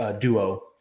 duo